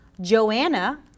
Joanna